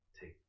take